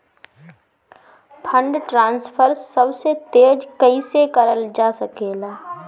Fund transfer सबसे तेज कइसे करल जा सकेला?